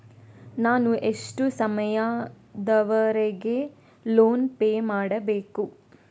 ನಾನು ಎಷ್ಟು ಸಮಯದವರೆಗೆ ಲೋನ್ ಪೇ ಮಾಡಬೇಕು?